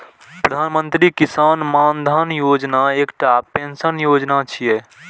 प्रधानमंत्री किसान मानधन योजना एकटा पेंशन योजना छियै